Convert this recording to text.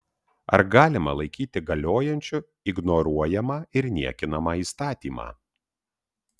ar galima laikyti galiojančiu ignoruojamą ir niekinamą įstatymą